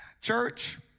Church